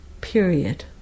period